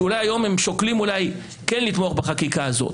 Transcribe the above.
שאולי שוקלים היום לתמוך בחקיקה הזאת.